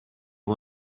情况